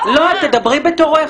את תדברי בתורך,